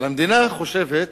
אבל המדינה חושבת,